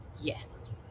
yes